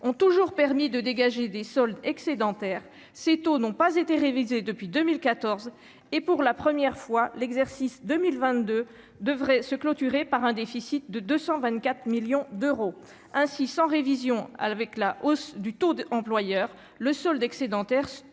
ont toujours permis de dégager des soldes excédentaire. Ces taux n'ont pas été révisée depuis 2014 et pour la première fois l'exercice 2022 devrait se clôturer par un déficit de 224 millions d'euros ainsi sans révision avec la hausse du taux d'employeurs, le solde excédentaire